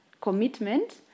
commitment